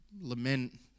Lament